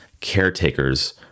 caretakers